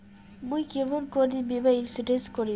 মুই কেমন করি বীমা ইন্সুরেন্স করিম?